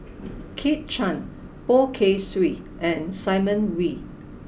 Kit Chan Poh Kay Swee and Simon Wee